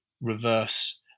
reverse